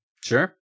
sure